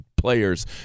players